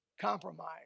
Compromise